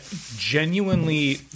genuinely